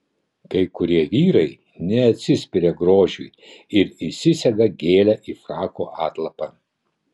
kai kurie vyrai neatsispiria grožiui ir įsisega gėlę į frako atlapą